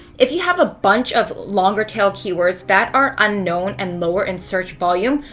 if you have a bunch of longer tail keywords that are unknown and lower in search volume,